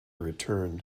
return